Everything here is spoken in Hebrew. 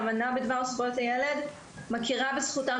האמנה בדבר זכויות הילד מכירה בזכותם